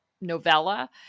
novella